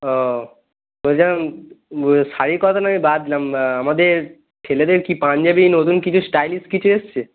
ও বলছিলাম শাড়ির কথা নয় আমি বাদ দিলাম আমাদের ছেলেদের কি পাঞ্জাবি নতুন কিছু স্টাইলিস্ট কিছু এসছে